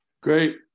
Great